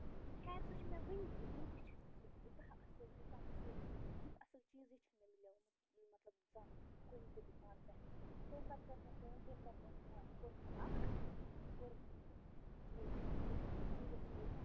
خیر سُہ چھُ مےٚ وٕنہِ تہِ وٕنہِ تہِ چھُ مےٚ سُہ تیوٗتاہ اصٕل تیوٗتاہ اصٕل تیُتھ اصٕل چیٖزٕے چھُنہٕ مےٚ مِلیومُت مطلب زانٛہہ کُنہِ تہِ دُکانہٕ پٮ۪ٹھٕ تَمہِ پتہٕ کٔر مےٚ کٲم تَمہِ پتہٕ اوٚن مےٚ کُرتہٕ اکھ کُرتہٕ مطلب یہِ چھَس بہٕ سیٖریَسلی وَنان